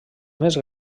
més